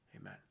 amen